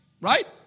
Right